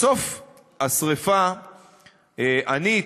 בסוף השרפה אני,